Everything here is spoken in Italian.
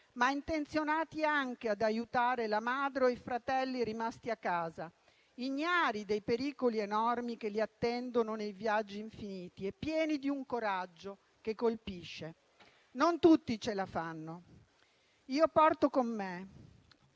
ma intenzionati anche ad aiutare la madre o i fratelli rimasti a casa, ignari dei pericoli enormi che li attendono nei viaggi infiniti e pieni di un coraggio che colpisce. Non tutti ce la fanno. Io porto con me